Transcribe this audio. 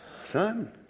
son